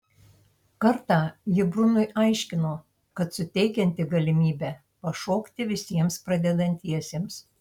kartą ji brunui aiškino kad suteikianti galimybę pašokti visiems pradedantiesiems